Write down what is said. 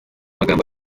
amagambo